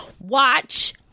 watch